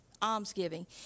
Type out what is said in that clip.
almsgiving